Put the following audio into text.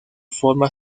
forma